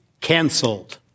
cancelled